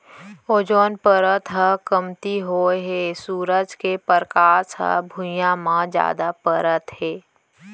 ozone परत ह कमती होए हे सूरज के परकास ह भुइयाँ म जादा परत हे